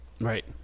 Right